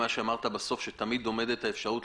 שמה שאמרת בסוף שתמיד עומדת האפשרות